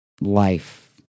life